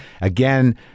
again